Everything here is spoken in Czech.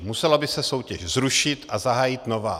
Musela by se soutěž zrušit a zahájit nová.